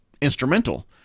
instrumental